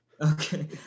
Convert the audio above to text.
Okay